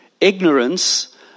Ignorance